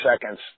seconds